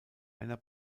einer